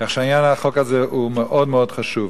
כך שעניין החוק הזה הוא מאוד מאוד חשוב.